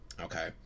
Okay